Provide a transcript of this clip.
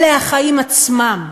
אלה החיים עצמם.